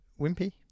Wimpy